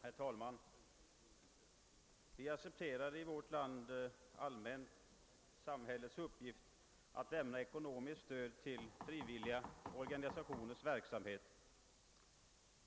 Herr talman! Vi accepterar i vårt land allmänt samhällets uppgift att lämna ekonomiskt stöd till frivilliga organisationers verksamhet.